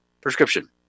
prescription